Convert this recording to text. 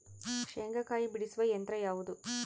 ಶೇಂಗಾಕಾಯಿ ಬಿಡಿಸುವ ಯಂತ್ರ ಯಾವುದು?